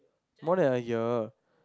more than a year